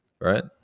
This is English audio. right